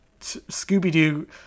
scooby-doo